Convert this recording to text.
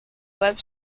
web